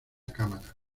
cámara